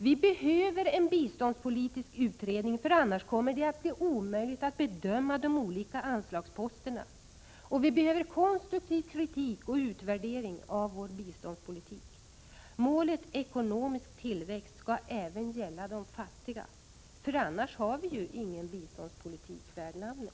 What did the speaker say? Det behövs en biståndspolitisk utredning, annars kommer det att bli omöjligt att bedöma de olika anslagsposterna. Det behövs konstruktiv kritik och utvärdering av svensk biståndspolitik. Målet ekonomisk tillväxt skall även gälla de fattiga, annars har vi ingen biståndspolitik värd namnet.